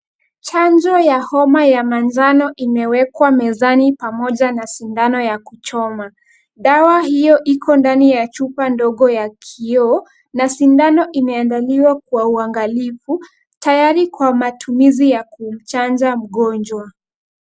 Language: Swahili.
Chanjo ya homa ya manjano imewekwa mezani pamoja na sindano ya kuchoma. Dawa hiyo iko ndani ya chupa ndogo ya kioo na sindano imeangaliwa kwa uangalifu, tayari kwa matumizi ya kumchanja mgonjwa.